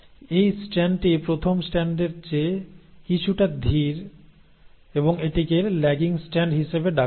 এই স্ট্র্যান্ডটি প্রথম স্ট্র্যান্ডের চেয়ে কিছুটা ধীর এবং এটিকে ল্যাগিং স্ট্র্যান্ড হিসাবে ডাকা হয়